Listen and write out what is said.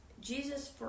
Jesus